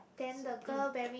then the girl wearing